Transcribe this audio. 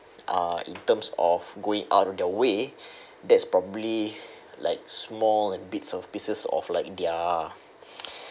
uh in terms of going out of their way that's probably like small and bits of pieces of like their